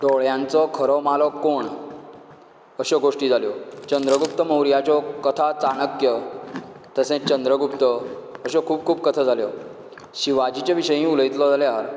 दोळ्यांचो खरो मालक कोण अश्यो गोश्टी जाल्यो चंद्रगुप्त मौर्याच्यो कथा चाणक्य तशेंच चंद्रगुप्त अश्यो खूब खूब कथा जाल्यो शिवाजीचे विशयी उलयतलो जाल्यार